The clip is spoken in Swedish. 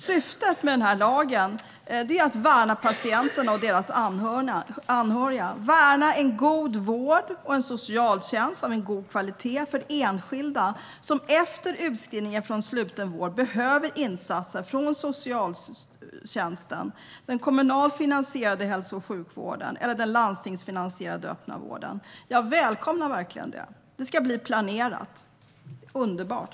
Syftet med denna lag är att värna patienterna och deras anhöriga - värna en god vård och en socialtjänst av god kvalitet för enskilda som efter utskrivningen från sluten vård behöver insatser från socialtjänsten, den kommunalt finansierade hälso och sjukvården eller den landstingsfinansierade öppna vården. Jag välkomnar verkligen detta. Det ska bli planerat - underbart.